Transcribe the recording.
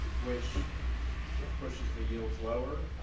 which pushes the yields lower.